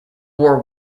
war